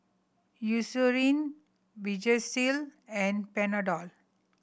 Eucerin Vagisil and Panadol